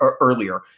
earlier